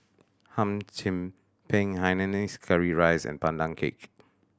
Hum Chim Peng hainanese curry rice and Pandan Cake